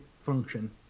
function